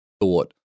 thought